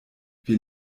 wir